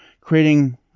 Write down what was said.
creating